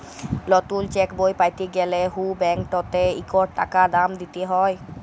লতুল চ্যাকবই প্যাতে গ্যালে হুঁ ব্যাংকটতে ইকট টাকা দাম দিতে হ্যয়